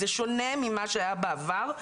זה שונה ממה שהיה בעבר,